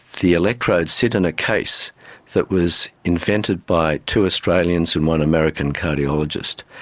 the electrodes sit in a case that was invented by two australians and one american cardiologist.